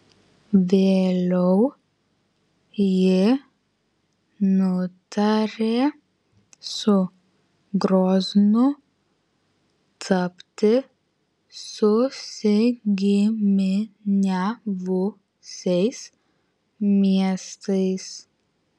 vėliau ji nutarė su groznu tapti susigiminiavusiais miestais